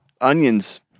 Onions